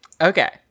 Okay